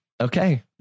okay